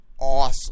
awesome